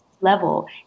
Level